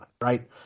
right